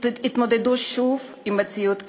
הם יתמודדו שוב עם מציאות קשה.